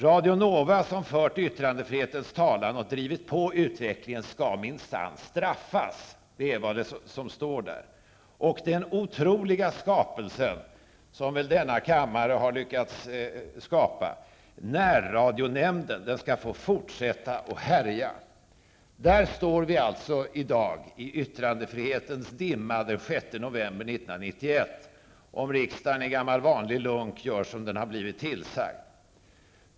Radio Nova som har fört yttrandefrihetens talan och drivit på utvecklingen skall minsann straffas. Det är vad som sades. Den otroliga skapelsen som denna kammare har lyckats få fram, närradionämnden, skall få fortsätta att härja. Där står vi alltså i dag i yttrandefrihetens dimma den 6 november 1991, om riksdagen i gammal vanlig lunk gör som den har blivit tillsagd.